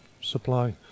supply